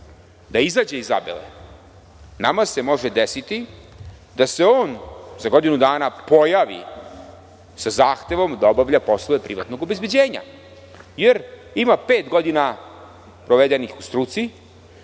a izađe iz Zabele. Nama se može desiti da se on za godinu dana pojavi sa zahtevom da obavlja poslove privatnog obezbeđenja, jer ima pet godina provedenih u struci